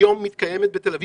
היום מתקיימת בתל אביב,